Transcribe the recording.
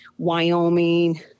wyoming